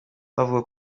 bavuga